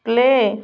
play